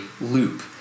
loop